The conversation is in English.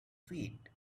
feet